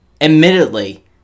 Admittedly